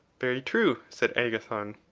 very true, said agathon.